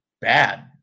bad